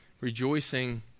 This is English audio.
rejoicing